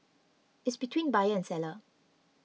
it's between buyer and seller